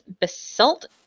basalt